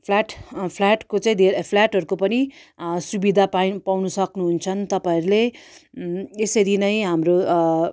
flat फ्ल्याटको चाहिँ धे फ्ल्याटहरूको पनि सुविधा पाए पाउनु सक्नु हुन्छ तपाईँहरूले यसरी नै हाम्रो